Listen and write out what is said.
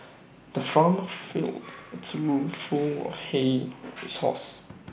the farmer filled A trough full of hay his horses